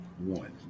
One